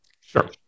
Sure